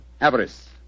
Avarice